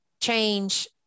change